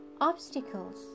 obstacles